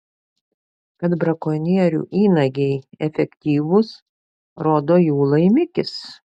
kad brakonierių įnagiai efektyvūs rodo jų laimikis